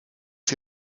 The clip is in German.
die